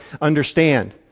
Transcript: understand